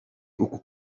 uku